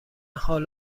حال